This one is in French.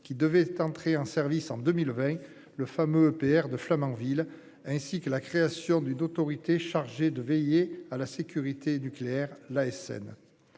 qui devait entrer en service en 2020 le fameux EPR de Flamanville, ainsi que la création d'une autorité chargée de veiller à la sécurité nucléaire. L'ASN.